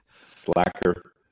Slacker